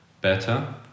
better